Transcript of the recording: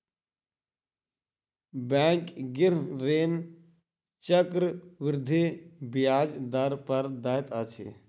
bank गृह ऋण चक्रवृद्धि ब्याज दर पर दैत अछि